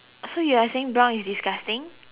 so you are saying brown is disgusting